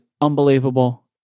unbelievable